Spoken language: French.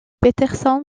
peterson